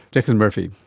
declan murphy,